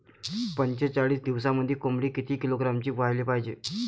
पंचेचाळीस दिवसामंदी कोंबडी किती किलोग्रॅमची व्हायले पाहीजे?